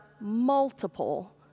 multiple